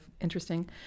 interesting